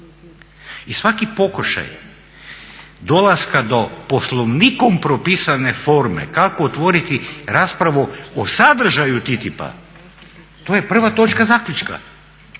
I svaki pokušaj dolaska do Poslovnikom propisane forme kako otvoriti raspravu o sadržaju TTIP-a to je prva točka zaključka.